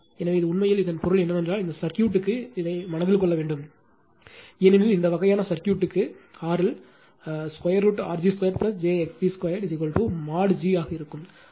எனவே இது உண்மையில் இதன் பொருள் என்னவென்றால் இந்த சர்க்யூட்க்கு இதை மனதில் கொள்ள வேண்டும் ஏனெனில் இந்த வகையான சர்க்யூட்க்கு RL √R g2 j x g2 mod g ஆக இருக்கும்